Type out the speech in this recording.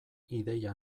ideia